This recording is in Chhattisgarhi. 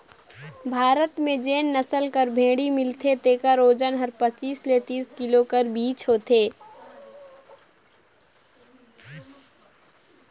भारत में जेन नसल कर भेंड़ी मिलथे तेकर ओजन हर पचीस ले तीस किलो कर बीच होथे